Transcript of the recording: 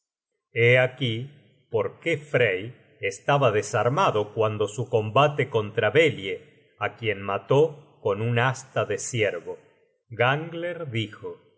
hé aquí por qué frey estaba desarmado cuando su combate contra belie á quien mató con una asta de ciervo gangler dijo